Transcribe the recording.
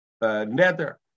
nether